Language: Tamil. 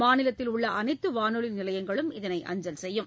மாநிலத்தில் உள்ள அனைத்து வானொலி நிலையங்களும் இதனை அஞ்சல் செய்யும்